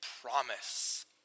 promise